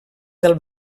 del